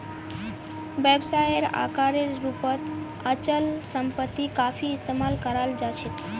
व्यवसायेर आकारेर रूपत अचल सम्पत्ति काफी इस्तमाल कराल जा छेक